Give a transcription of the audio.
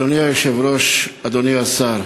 אדוני היושב-ראש, אדוני השר,